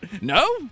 No